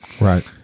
Right